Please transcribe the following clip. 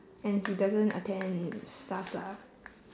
and he doesn't attend stuff lah